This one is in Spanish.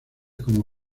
como